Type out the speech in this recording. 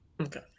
Okay